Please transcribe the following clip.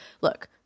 look